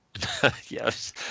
Yes